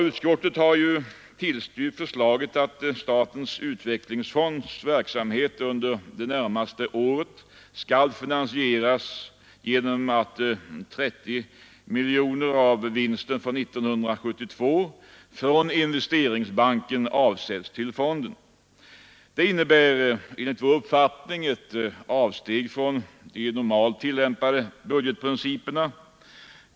Utskottet har tillstyrkt förslaget att statens utvecklingsfonds verksamhet under det närmaste året skall finansieras genom att 30 miljoner kronor av vinsten för år 1972 från Investeringsbanken avsätts till fonden. Detta innebär enligt vår uppfattning ett avsteg från de normalt tillämpade budgetprinciperna.